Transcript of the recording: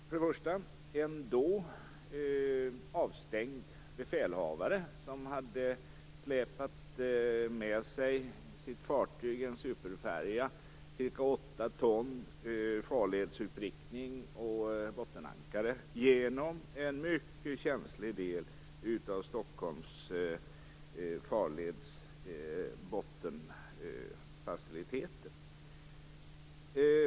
För det första hade en då avstängd befälhavare med sitt fartyg - en superfärja - släpat ca 8 ton farledsutprickning och bottenankare genom en mycket känslig del av Stockholms farleders bottenfaciliteter.